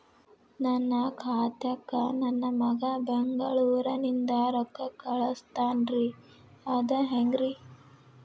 ನನ್ನ ಖಾತಾಕ್ಕ ನನ್ನ ಮಗಾ ಬೆಂಗಳೂರನಿಂದ ರೊಕ್ಕ ಕಳಸ್ತಾನ್ರಿ ಅದ ಹೆಂಗ್ರಿ?